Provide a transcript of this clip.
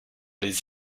les